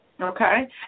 Okay